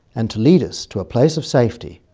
and to lead us to a place of safety,